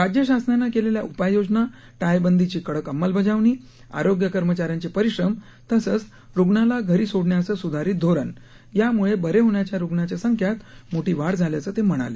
राज्य शासनानं केलेल्या उपाययोजना टाळेबंदीची कडक अंमलबजावणी आरोग्य कर्मचाऱ्यांचे परिश्रम तसंच रुग्णाला घरी सोडण्याचं सुधारित धोरण यामुळे बरे होणाऱ्या रुणांच्या संख्येत मोठी वाढ झाल्याचं ते म्हणाले